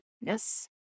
yes